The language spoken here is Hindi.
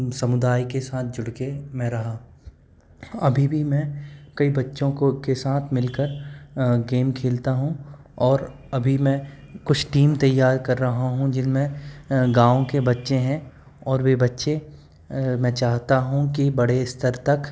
समुदाय के सात जुड़के मैं रहा अभी भी मैं कई बच्चों को के साथ मिल कर गेम खेलता हूँ और अभी मैं कुछ टीम तैयार कर रहा हूँ जिन में जिन में गाँव के बच्चे हैं और वे बच्चे मैं चाहता हूँ कि बड़े स्तर तक